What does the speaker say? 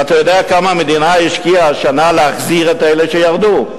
ואתה יודע כמה המדינה השקיעה השנה להחזיר את אלה שירדו?